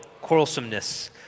quarrelsomeness